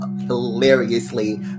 hilariously